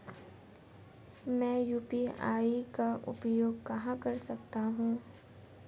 मैं यू.पी.आई का उपयोग कहां कर सकता हूं?